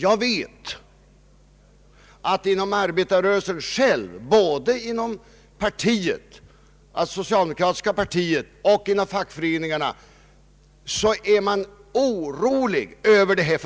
Jag vet att man inom arbetarrörelsen, både inom det socialdemokratiska partiet och inom fackföreningarna, är orolig över